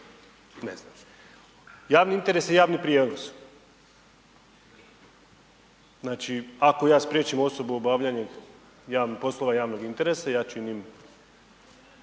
Ne znam. Javni interes je javni prijevoz, znači ako ja spriječim osobu u obavljanju javnih poslova, javnog interesa, ja činim